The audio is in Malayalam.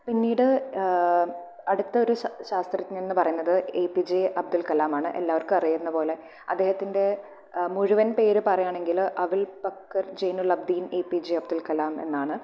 പിന്നീട് അടുത്ത ഒരു ശാസ്ത്രജ്ഞൻ എന്നു പറയുന്നത് എ പി ജെ അബ്ദുൽ കാലാംമാണ് എല്ലാവർക്കും അറിയുന്നപോലെ അദ്ദേഹത്തിൻറെ മുഴുവൻ പേര് പറയാണെങ്കിൽ Avul Pakir Jainulabdeen A P J Abdul Kalam എന്നാണ്